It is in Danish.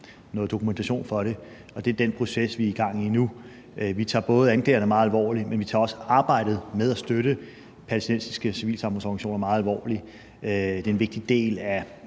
noget dokumentation for det, og det er den proces, vi er i gang med nu. Vi tager både anklagerne meget alvorligt, men vi tager også arbejdet med at støtte palæstinensiske civilsamfundsorganisationer meget alvorligt. Det er en vigtig del af